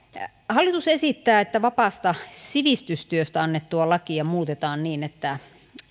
hallitus esittää että vapaasta sivistystyöstä annettua lakia muutetaan niin että